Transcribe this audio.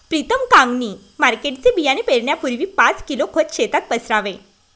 प्रीतम कांगणी मार्केटचे बियाणे पेरण्यापूर्वी पाच किलो खत शेतात पसरावे